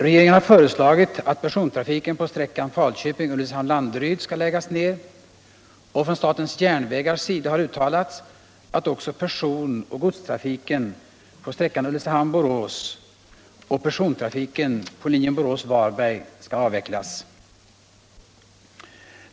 Regeringen har föreslagit att persontrafiken på sträckan Falköping-Ulricehamn-Landeryd skall läggas ned och från statens järnvägars sida har uttalats, att också personoch godstrafiken på sträckan Ulricehamn-Borås och persontrafiken på linjen Borås-Varberg skall avvecklas.